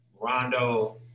Rondo